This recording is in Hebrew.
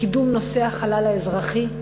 קידום נושא החלל האזרחי.